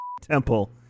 temple